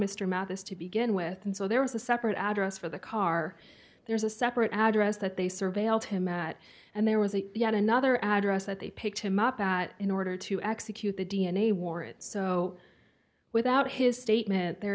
mr mathis to begin with and so there was a separate address for the car there's a separate address that they surveilled him at and there was a yet another address that they picked him up at in order to execute the d n a wore it so without his statement there